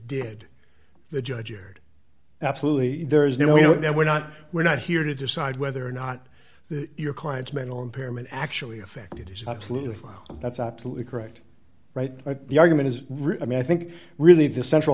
did the judge erred absolutely there is no you know that we're not we're not here to decide whether or not your client's mental impairment actually affected his absolutely that's absolutely correct right but the argument is really i mean i think really the central